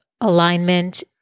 alignment